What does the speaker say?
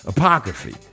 Apocryphy